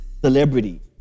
Celebrity